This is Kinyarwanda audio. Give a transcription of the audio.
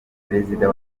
perezida